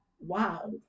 Wow